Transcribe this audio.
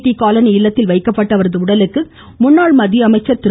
D colony இல்லத்தில் வைக்கப்பட்ட அவரது உடலுக்கு முன்னாள் மத்திய அமைச்சர் திரு